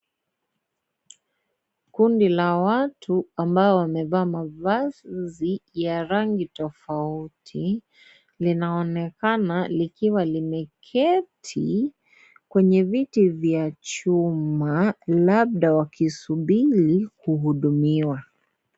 Kundi la watu, ambao wamevaa mavazi ya rangi tofauti. Linaonekana, likiwa limeketi kwenye viti vya chuma, labda wakisubiri kuhudumiwa.